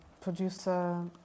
producer